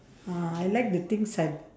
uh I like the things I b~